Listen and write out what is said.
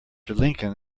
lincoln